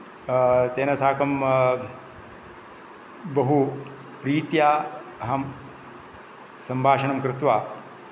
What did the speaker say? तेन साकं बहु प्रीत्या अहं सम्भाषणं कृत्वा